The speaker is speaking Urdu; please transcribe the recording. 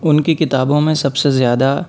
اُن کی کتابوں میں سب سے زیادہ